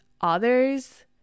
others